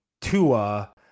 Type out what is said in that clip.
Tua